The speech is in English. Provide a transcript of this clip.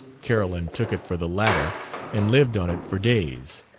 carolyn took it for the latter and lived on it for days.